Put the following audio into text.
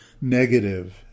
negative